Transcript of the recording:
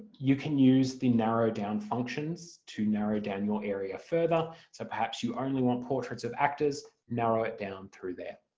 you can use the narrow down functions to narrow down your area further so perhaps you only want portraits of actors, narrow it down through there.